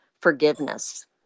forgiveness